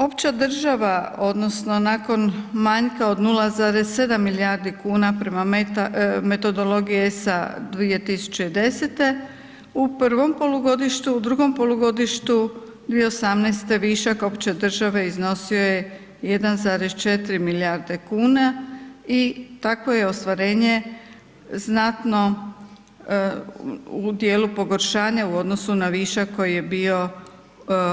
Opća država odnosno nakon manjka od 0,7 milijardi kuna prema metodologiji ESA 2010 u prvom polugodištu u drugom polugodištu 2018. višak opće države iznosio je 1,4 milijarde kuna i tako je ostvarenje znatno u dijelu pogoršanja u odnosu na višak koji je bio